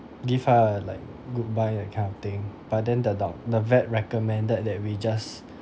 give her like goodbye that kind of thing but then the dog the vet recommended that we just